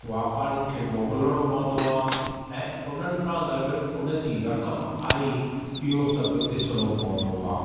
वापारिनि खे मोकिलिणो पवंदो आहे ऐं उननि सां गॾु उन जी रक़म आई इहो सभु ॾिसणो पवंदो आहे